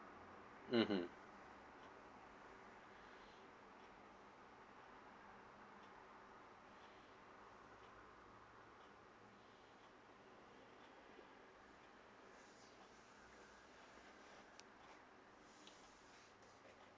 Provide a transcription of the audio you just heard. mmhmm